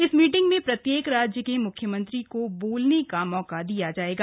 इस मीटिंग में प्रत्येक राज्य के मुख्यमंत्री को बोलने का मौका दिया जाएगा